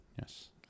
Yes